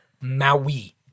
Maui